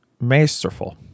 Masterful